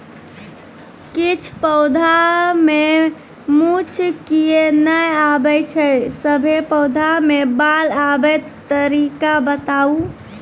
किछ पौधा मे मूँछ किये नै आबै छै, सभे पौधा मे बाल आबे तरीका बताऊ?